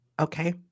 Okay